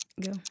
go